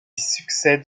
succède